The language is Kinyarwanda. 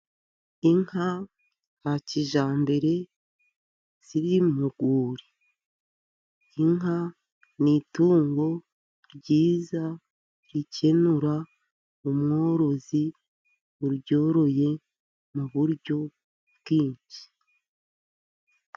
Inka za kijyambere ziri mu rwuri. Inka ni itungo ryiza rikenura umworozi uryoroye mu buryo bwinshi.